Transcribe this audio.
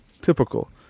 Typical